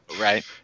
Right